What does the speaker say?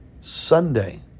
Sunday